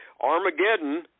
Armageddon